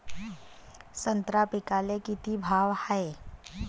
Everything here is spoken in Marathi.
संत्रा पिकाले किती भाव हाये?